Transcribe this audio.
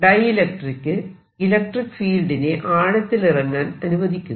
dielectric electric ഫീൽഡിനെ ആഴത്തിലിറങ്ങാൻ അനുവദിക്കുന്നു